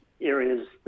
areas